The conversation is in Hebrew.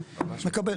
מקבל.